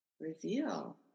reveal